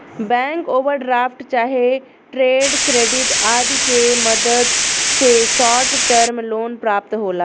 bank overdraft चाहे trade credit आदि के मदद से शॉर्ट टर्म लोन प्राप्त होला